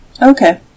Okay